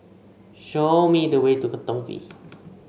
show me the way to Katong V